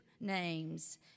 names